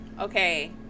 okay